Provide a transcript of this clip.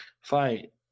fight